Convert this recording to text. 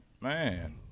man